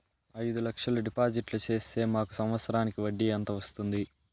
అయిదు లక్షలు డిపాజిట్లు సేస్తే మాకు సంవత్సరానికి వడ్డీ ఎంత వస్తుంది?